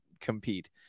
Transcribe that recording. compete